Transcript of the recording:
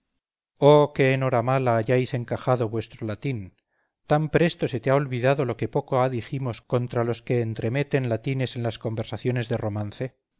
en hora mala hayáis encajado vuestro latín tan presto se te ha olvidado lo que poco ha dijimos contra los que entremeten latines en las conversaciones de romance